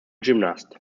gymnast